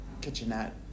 kitchenette